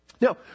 Now